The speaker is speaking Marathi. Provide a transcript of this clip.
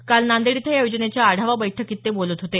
काल नांदेड इथं या योजनेच्या आढावा बैठकीत ते बोलत होते